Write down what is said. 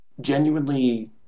genuinely